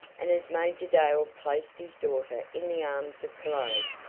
and as major dale placed his daughter in the arms of cologne,